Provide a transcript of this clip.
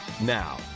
Now